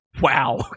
Wow